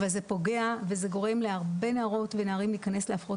אבל זה פוגע וזה גורם להרבה נערות ונערים להיכנס להפרעות